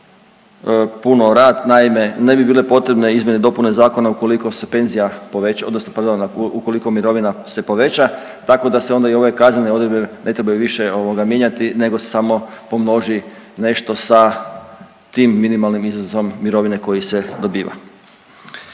puno rad. Naime, ne bi bile potrebne izmjene i dopune Zakona ukoliko se penzija poveća, odnosno pardon, ukoliko mirovina se poveća, tako da se onda i ove kaznene odredbe ne trebaju više ovaj mijenjati nego se samo pomnoži nešto sa tim minimalnim iznosom mirovine koji se dobiva.